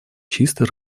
чистой